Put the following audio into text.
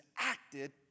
acted